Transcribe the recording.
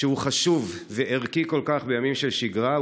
שהוא חשוב וערכי כל כך בימים של שגרה,